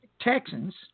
Texans